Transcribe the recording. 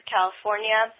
California